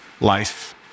life